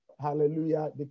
hallelujah